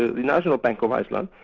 the national bank of iceland,